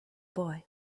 boy